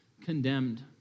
condemned